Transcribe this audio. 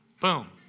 Boom